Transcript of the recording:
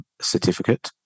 certificate